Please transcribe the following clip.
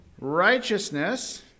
righteousness